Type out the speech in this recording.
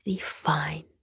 fine